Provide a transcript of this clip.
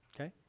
okay